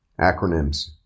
Acronyms